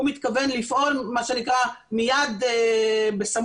הוא מתכוון לפעול מה שנקרא מיד בסמוך,